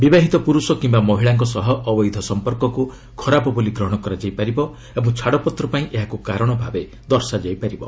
ବିବାହିତ ପୁର୍ରଷ କିମ୍ବା ମହିଳାଙ୍କ ସହ ଅବୈଧ ସଂପର୍କକ୍ତ ଖରାପ ବୋଲି ଗ୍ରହଣ କରାଯାଇ ପାରିବ ଓ ଛାଡ଼ପତ୍ର ପାଇଁ ଏହାକୁ କାରଣ ଭାବେ ଦର୍ଶାଯାଇ ପାରିବ